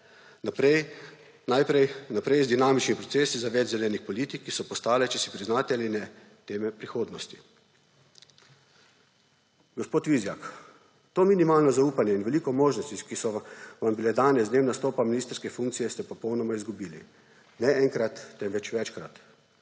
Najprej z dinamičnim procesi za več zelenih politik, ki so postale, če si priznate ali ne, teme prihodnosti. Gospod Vizjak, to minimalno zaupanje in veliko možnosti, ki so vam bile dane z dnevom nastopa ministrske funkcije, ste popolnoma izgubili; ne enkrat, temveč večkrat.